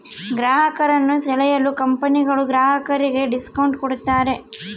ಗ್ರಾಹಕರನ್ನು ಸೆಳೆಯಲು ಕಂಪನಿಗಳು ಗ್ರಾಹಕರಿಗೆ ಡಿಸ್ಕೌಂಟ್ ಕೂಡತಾರೆ